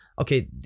okay